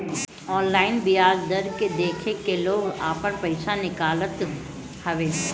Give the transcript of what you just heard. online बियाज दर के देख के लोग आपन पईसा निकालत हवे